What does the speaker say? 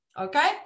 okay